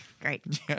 Great